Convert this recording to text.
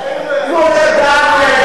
מי יהיה בעדך?